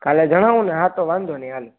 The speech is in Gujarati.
કાલે જણાવું ને હા તો વાંધો નઈ હાલો